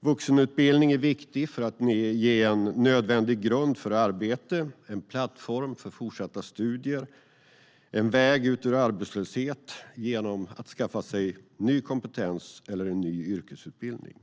Vuxenutbildning är viktig för att ge en nödvändig grund för arbete, en plattform för fortsatta studier och en väg ut ur arbetslöshet genom att skaffa sig ny kompetens eller en ny yrkesutbildning.